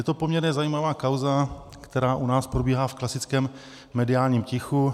Je to poměrně zajímavá kauza, která u nás probíhá v klasickém mediálním tichu.